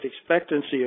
expectancy